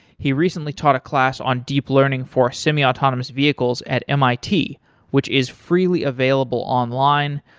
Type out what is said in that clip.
he recently taught a class on deep learning for semiautonomous vehicles at mit which is freely available online,